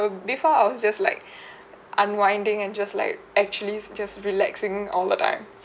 before I was just like unwinding and just like actually is just relaxing all the time